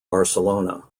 barcelona